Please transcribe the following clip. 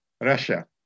Russia